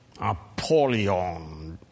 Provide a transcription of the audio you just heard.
Apollyon